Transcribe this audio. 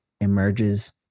emerges